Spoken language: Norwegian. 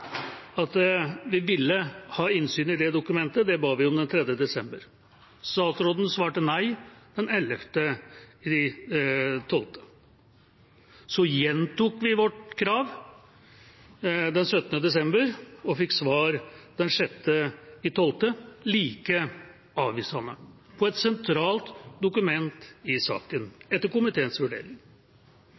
at vi ville ha innsyn i det dokumentet. Det ba vi om den 3. desember. Statsråden svarte nei den 11. desember. Så gjentok vi vårt krav den 17. desember og fikk svar den 6. januar – like avvisende, på et sentralt dokument i saken etter komiteens vurdering.